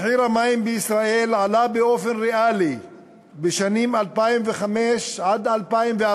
מחיר המים בישראל עלה באופן ריאלי בשנים 2005 2014,